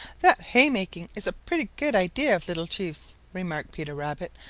that haymaking is a pretty good idea of little chief's, remarked peter rabbit,